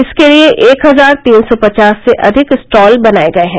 इसके लिए एक हजार तीन सौ पचास से अधिक स्टॉल बनाए गए हैं